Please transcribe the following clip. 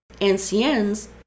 anciens